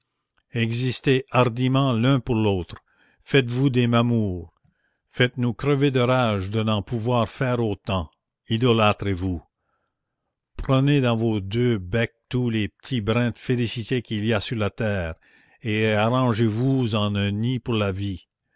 existez hardiment l'un pour l'autre faites-vous des mamours faites-nous crever de rage de n'en pouvoir faire autant idolâtrez vous prenez dans vos deux becs tous les petits brins de félicité qu'il y a sur la terre et arrangez-vous en un nid pour la vie